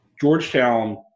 Georgetown